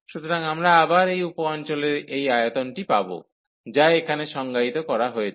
সুতরাং আমরা আবার এই উপ অঞ্চলের এই আয়তনটি পাব যা এখানে সংজ্ঞায়িত করা হয়েছে